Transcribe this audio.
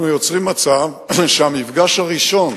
אנחנו יוצרים מצב שהמפגש הראשון